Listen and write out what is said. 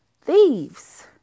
Thieves